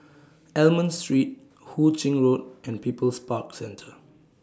Almond Street Hu Ching Road and People's Park Centre